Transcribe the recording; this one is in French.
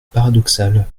paradoxal